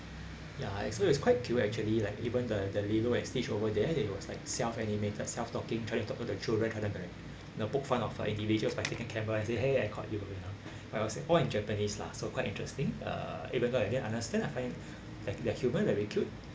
ya actually it was quite cute actually like even the the Lilo and Stitch over there it was like self animated self talking trying to talk to the children kind of like you know poke fun of uh individuals by taking a camera and say !hey! I caught you got lah but all say all in japanese lah so quite interesting uh even though I didn't understand I find they're human very cute